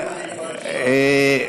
אלי.